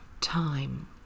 Time